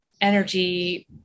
energy